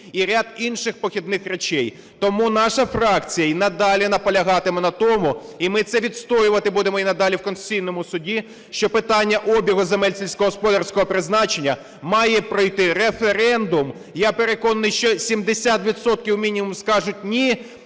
і ряд інших похідних речей. Тому наша фракція і надалі наполягатиме на тому і ми це відстоювати будемо і надалі в Конституційному Суді, що питання обігу земель сільськогосподарського призначення має пройти референдум. І я переконаний, що 70 відсотків мінімум скажуть "ні"